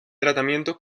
tratamiento